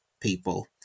people